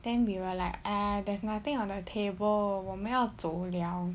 then we were like !aiya! there's nothing on my table 我们要走了